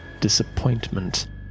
disappointment